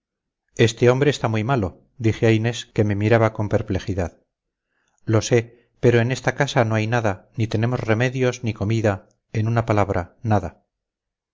este hombre está muy malo dije a inés que me miraba con perplejidad lo sé pero en esta casa no hay nada ni tenemos remedios ni comida en una palabra nada